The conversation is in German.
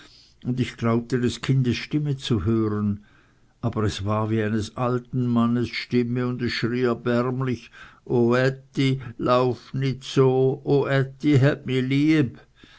und ich glaubte des kindes stimme zu hören aber es war eine wie eines alten mannes stimme und es schrie erbärmlich o ätti lauf nit so o ätti häb mi lieb